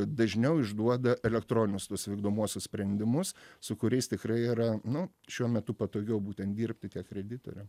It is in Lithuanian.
dažniau išduoda elektroninius tuos vykdomuosius sprendimus su kuriais tikrai yra nu šiuo metu patogiau būtent dirbti tiek kreditoriam